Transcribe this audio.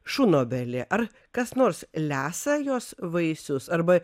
šunobelė ar kas nors lesa jos vaisius arba